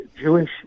Jewish